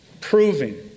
proving